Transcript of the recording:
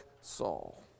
Saul